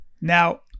now